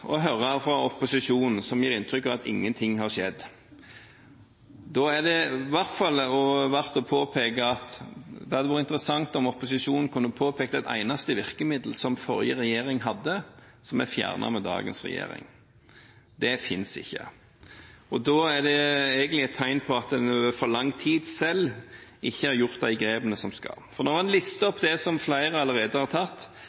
høre fra opposisjonen at ingen ting har skjedd. Da er det i hvert fall verdt å påpeke at det hadde vært interessant om opposisjonen kunne påpekt ett eneste virkemiddel som forrige regjering hadde, som er fjernet med dagens regjering. Det finnes ikke. Da er det egentlig et tegn på at en i for lang tid selv ikke har gjort de grepene som en skal. For når en lister opp grepene som flere allerede har tatt,